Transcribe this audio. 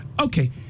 okay